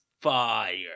fire